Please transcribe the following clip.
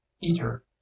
eater